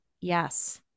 Yes